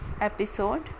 episode